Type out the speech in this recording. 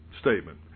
statement